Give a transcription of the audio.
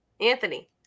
Anthony